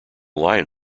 lion